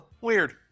Weird